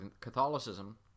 Catholicism